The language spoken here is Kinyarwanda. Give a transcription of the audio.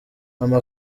mama